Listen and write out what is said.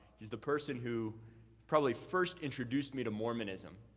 he's the person who probably first introduced me to mormonism.